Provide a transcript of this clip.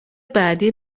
بعدی